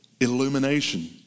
illumination